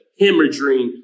hemorrhaging